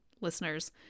listeners